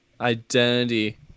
identity